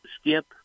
skip